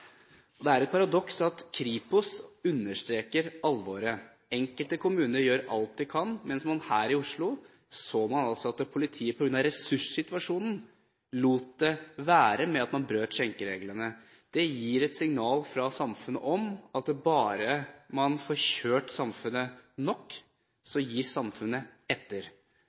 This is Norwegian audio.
miljøene. Det er et paradoks at Kripos understreker alvoret. Enkelte kommuner gjør alt de kan, mens man her i Oslo så at politiet, på grunn av ressurssituasjonen, lot det være – med hensyn til at man brøt skjenkereglene. Det gir et signal fra samfunnet om at bare man får kjørt samfunnet nok, gir samfunnet etter.